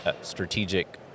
strategic